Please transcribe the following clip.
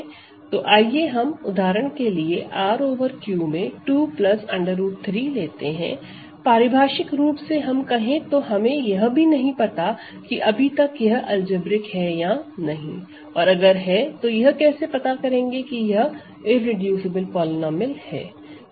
तो आइए हम उदाहरण के लिए R ओवर Q में 2 √3 लेते हैं पारिभाषिक रूप से हम कहे तो हमें यह भी नहीं पता कि अभी तक यह अलजेब्रिक है या नहीं और अगर है तो यह कैसे पता करेंगे कि यह इररेडूसिबल पॉलीनोमिअल है